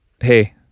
Hey